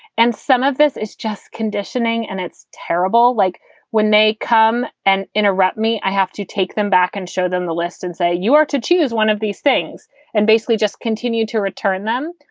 and some of this is just conditioning and it's terrible. like when they come and interrupt me, i have to take them back and show them the list and say you are to choose one of these things and basically just continue to return them.